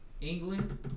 England